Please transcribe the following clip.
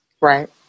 Right